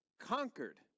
conquered